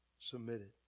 submitted